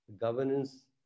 governance